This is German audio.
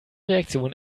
reaktion